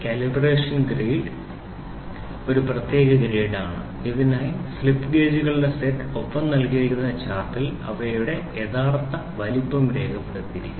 calibration grade ഒരു പ്രത്യേക ഗ്രേഡാണ് ഇതിനായി സ്ലിപ്പ് ഗേജുകളുടെ സെറ്റ് ഇതിനായി ഒപ്പം നൽകിയിരിക്കുന്ന ചാർട്ടിൽ അവയുടെ യഥാർത്ഥ വലിപ്പം രേഖപ്പെടുത്തിയിരിക്കുന്നു